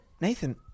Nathan